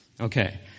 Okay